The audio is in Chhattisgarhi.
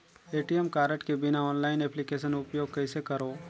ए.टी.एम कारड के बिना ऑनलाइन एप्लिकेशन उपयोग कइसे करो?